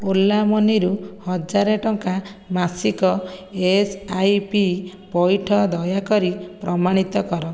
ଓଲା ମନିରୁ ହଜାରେ ଟଙ୍କା ମାସିକ ଏସ୍ ଆଇ ପି ପଇଠ ଦୟାକରି ପ୍ରମାଣିତ କର